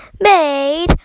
made